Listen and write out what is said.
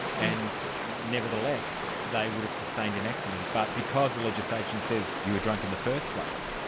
and nevertheless, they would have sustained an accident. but because the legislation says you were drunk in the first place,